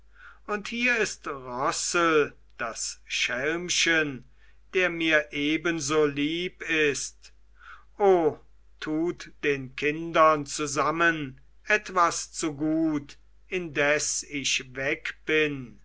und hier ist rossel das schelmchen der mir ebenso lieb ist o tut den kindern zusammen etwas zu gut indes ich weg bin